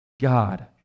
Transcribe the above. God